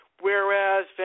whereas